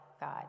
God